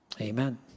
Amen